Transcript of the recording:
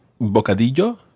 bocadillo